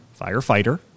firefighter